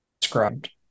described